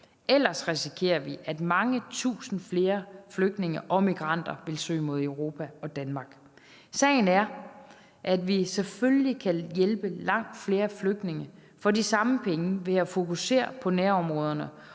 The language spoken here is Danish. Ellers risikerer vi, at mange tusinde flere flygtninge og migranter vil søge mod Europa og Danmark. Sagen er, at vi selvfølgelig kan hjælpe langt flere flygtninge for de samme penge ved at fokusere på nærområderne,